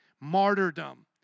martyrdom